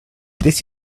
this